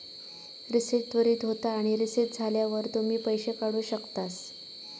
reset त्वरीत होता आणि रीसेट झाल्यावर तुम्ही पैशे काढु शकतास